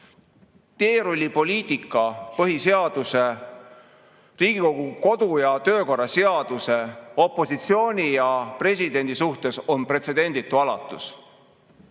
Teerullipoliitika põhiseaduse, Riigikogu kodu‑ ja töökorra seaduse, opositsiooni ja presidendi suhtes on pretsedenditu alatus.